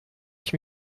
ich